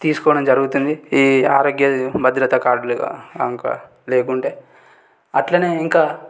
తీసుకోవడం జరుగుతుంది ఈ ఆరోగ్య భద్రతా కార్డ్లు కాక లేకుంటే అట్లానే ఇంకా